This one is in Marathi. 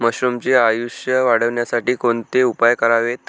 मशरुमचे आयुष्य वाढवण्यासाठी कोणते उपाय करावेत?